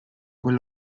quel